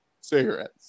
cigarettes